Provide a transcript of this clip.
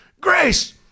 Grace